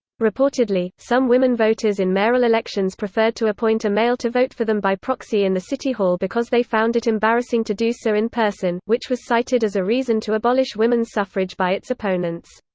reportedly, some women voters in mayoral elections preferred to appoint a male to vote for them by proxy in the city hall because they found it embarrassing to do so in person, which was cited as a reason to abolish women's suffrage by its opponents.